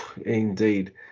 indeed